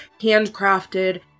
handcrafted